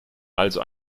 also